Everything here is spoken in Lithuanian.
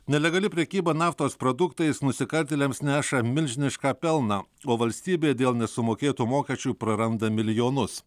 nelegali prekyba naftos produktais nusikaltėliams neša milžinišką pelną o valstybė dėl nesumokėtų mokesčių praranda milijonus